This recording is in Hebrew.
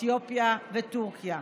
אתיופיה וטורקיה.